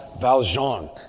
Valjean